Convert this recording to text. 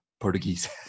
Portuguese